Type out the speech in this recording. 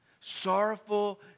sorrowful